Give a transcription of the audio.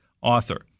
author